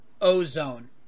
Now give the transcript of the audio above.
Ozone